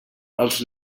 els